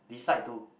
decide to